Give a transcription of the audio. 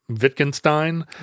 Wittgenstein